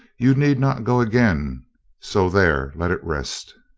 you need not go again so there let it rest.